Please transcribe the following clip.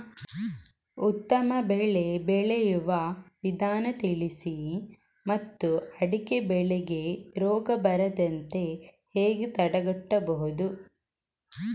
ಉತ್ತಮ ಬೆಳೆ ಬೆಳೆಯುವ ವಿಧಾನ ತಿಳಿಸಿ ಮತ್ತು ಅಡಿಕೆ ಬೆಳೆಗೆ ರೋಗ ಬರದಂತೆ ಹೇಗೆ ತಡೆಗಟ್ಟಬಹುದು?